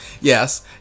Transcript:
Yes